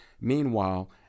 meanwhile